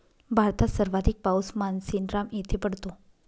भारतात सर्वाधिक पाऊस मानसीनराम येथे पडतो